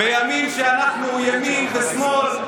בימים שאנחנו ימין ושמאל,